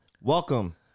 welcome